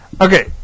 okay